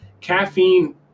caffeine